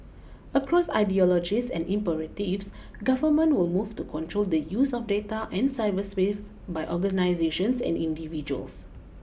across ideologies and imperatives government will move to control the use of data and cyberspace by organisations and individuals